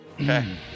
Okay